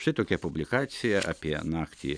štai tokia publikacija apie naktį